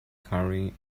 carrying